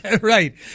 right